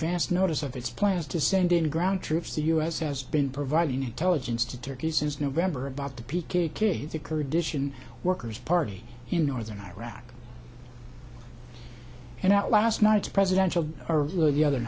advance notice of its plans to send in ground troops the u s has been providing intelligence to turkey since november about the p k case the kurdish and workers party in northern iraq and at last night's presidential or the other